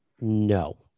No